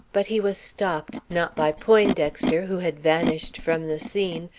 but he was stopped, not by poindexter, who had vanished from the scene,